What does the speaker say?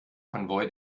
konvoi